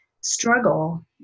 struggle